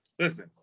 Listen